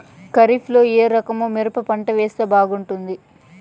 ఖరీఫ్ లో ఏ రకము మిరప పంట వేస్తే బాగుంటుంది